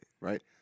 Right